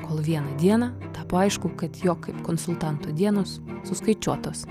kol vieną dieną tapo aišku kad jo kaip konsultanto dienos suskaičiuotos